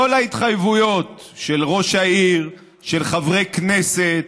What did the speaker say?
כל ההתחייבויות של ראשי העיר, של חברי כנסת,